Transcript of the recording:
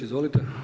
Izvolite.